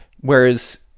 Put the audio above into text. whereas